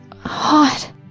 hot